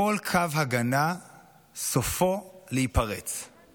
כל קו הגנה סופו להיפרץ,